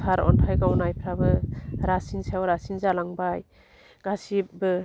सार अन्थाइ गावनायफ्राबो रासिननि सायाव रासिन जालांबाय गासिबबो